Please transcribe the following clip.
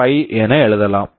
5 என எழுதலாம்